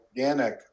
organic